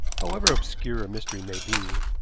however obscure a mystery may be,